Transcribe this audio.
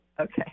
Okay